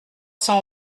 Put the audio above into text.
cent